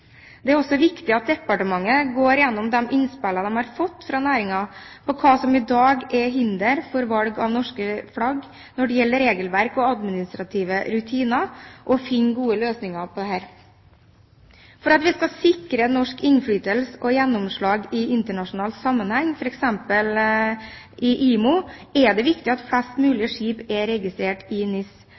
Det er også viktig at departementet går gjennom de innspillene de har fått fra næringene om hva som i dag er hinderet for valg av norske flagg når det gjelder regelverk og administrative rutiner og finne gode løsninger på dette. For at vi skal sikre norsk innflytelse og gjennomslag i internasjonal sammenheng, f.eks. i IMO, er det viktig at flest mulig skip er registrert i NIS.